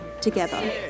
together